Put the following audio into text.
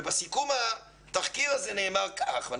בסיכום התחקיר הזה נאמר כך: